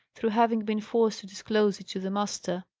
through having been forced to disclose it to the master.